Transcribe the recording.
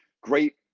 great